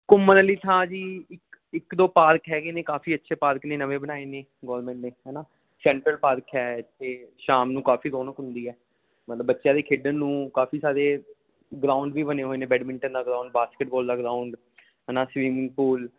ਘੁੰਮਣ ਲਈ ਥਾਂ ਜੀ ਇੱਕ ਇੱਕ ਦੋ ਪਾਰਕ ਹੈਗੇ ਨੇ ਕਾਫੀ ਅੱਛੇ ਪਾਰਕ ਨੇ ਨਵੇਂ ਬਣਾਏ ਨੇ ਗੋਰਮੈਂਟ ਨੇ ਹੈ ਨਾ ਸੈਂਟਰਲ ਪਾਰਕ ਹੈ ਇੱਥੇ ਸ਼ਾਮ ਨੂੰ ਕਾਫੀ ਰੌਣਕ ਹੁੰਦੀ ਹੈ ਮਤਲਬ ਬੱਚਿਆਂ ਦੇ ਖੇਡਣ ਨੂੰ ਕਾਫੀ ਸਾਰੇ ਗਰਾਊਂਡ ਵੀ ਬਣੇ ਹੋਏ ਨੇ ਬੈਡਮਿੰਟਨ ਦਾ ਗਰਾਊਡ ਬਾਸਕਿਟਬੋਲ ਦਾ ਗਰਾਉਂਡ ਹੈ ਨਾ ਸਵੀਮਇੰਗ ਪੂਲ